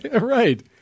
Right